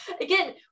again